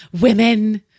women